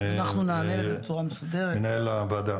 מנהל הוועדה.